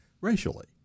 racially